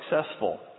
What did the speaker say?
successful